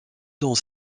dans